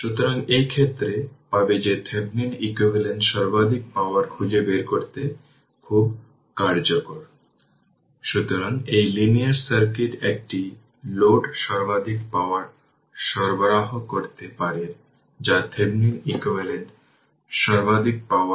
সুতরাং এই ক্ষেত্রে যে τ 05 সেকেন্ড তাই এটি আসছে 2 t এবং এই I0 যা হল কমবাইন ইন্ডাক্টরগুলি এবং এটি ইনিশিয়াল কারেন্ট 12 অ্যাম্পিয়ার